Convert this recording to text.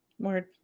more